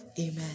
Amen